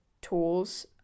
tools